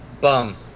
Bum